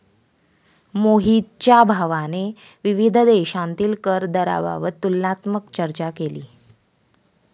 मोहितच्या भावाने विविध देशांतील कर दराबाबत तुलनात्मक चर्चा केली